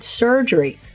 surgery